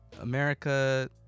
America